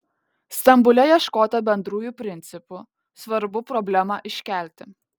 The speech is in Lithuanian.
stambule ieškota bendrųjų principų svarbu problemą iškelti